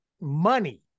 money